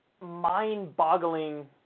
mind-boggling